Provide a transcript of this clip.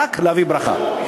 רק להביא ברכה.